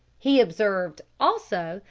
he observed, also,